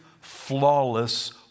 flawless